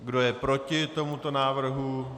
Kdo je proti tomuto návrhu?